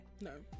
No